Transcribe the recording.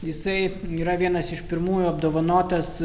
jisai yra vienas iš pirmųjų apdovanotas